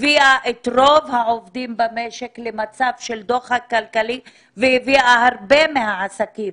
הביאה את רוב העובדים במשק למצב של דוחק כלכלי והביאה הרבה מהעסקים